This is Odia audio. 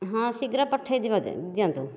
ହଁ ଶୀଘ୍ର ପଠେଇ ଦେବେ ଦିଅନ୍ତୁ